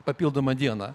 papildomą dieną